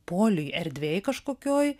poliui erdvėj kažkokioj